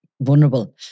vulnerable